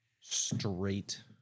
straight